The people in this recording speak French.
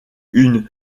une